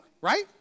right